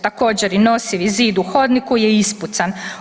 Također i nosivi zid u hodniku je ispucan.